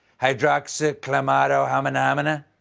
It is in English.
hydroxyclamatohaminahamina.